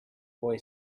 boy